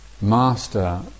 master